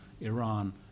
Iran